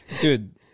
dude